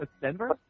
Denver